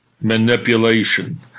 manipulation